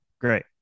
Great